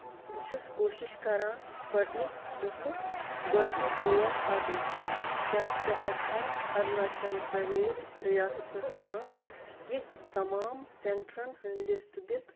بہٕ چھُس کوٗشِش کران سٕپُٹنِک مُفٕط گۄڈنکۍ ڈوز ژھانڈنٕکۍ کیٛاہ ژٕ ہیٚکھا أروٗناچل پرٛدیش ریاستس مَنٛز یتھۍ تمام سینٹرن ہٕنٛدۍ لسٹ دِتھ